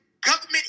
government